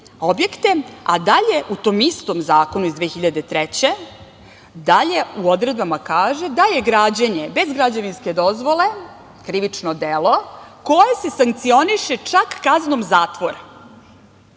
objekte, a dalje u tom istom zakonu iz 2003. godine dalje u odredbama kaže da je građenje bez građevinske dozvole krivično delo koje se sankcioniše čak kaznom zatvora. Sad,